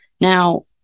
Now